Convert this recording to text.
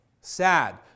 sad